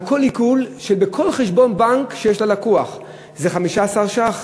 על כל עיקול בכל חשבון בנק שיש ללקוח זה 15 ש"ח,